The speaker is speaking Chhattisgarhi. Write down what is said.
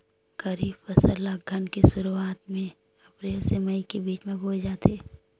खरीफ फसल ला अघ्घन के शुरुआत में, अप्रेल से मई के बिच में बोए जाथे